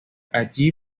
allí